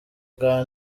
bwa